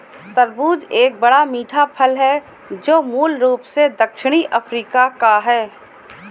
तरबूज एक बड़ा, मीठा फल है जो मूल रूप से दक्षिणी अफ्रीका का है